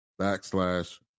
backslash